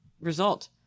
result